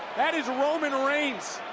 that is roman reigns.